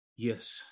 Yes